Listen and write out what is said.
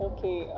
Okay